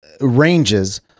ranges